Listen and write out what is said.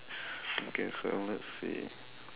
okay so let's see